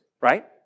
Right